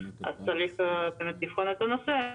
צריך לבחון את הנושא,